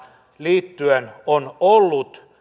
liittyen on ollut